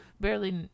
Barely